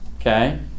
okay